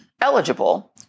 eligible